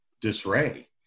disarray